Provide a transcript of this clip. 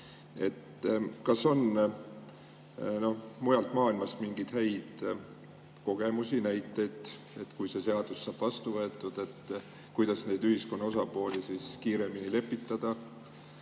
Kas on mujalt maailmast mingeid häid kogemusi, näiteid, et kui see seadus saab vastu võetud, kuidas siis ühiskonna osapooli kiiremini lepitada?